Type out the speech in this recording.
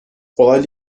olayla